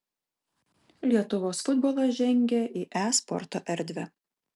lietuvos futbolas žengia į e sporto erdvę